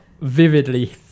vividly